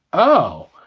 oh,